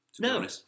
No